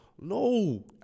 No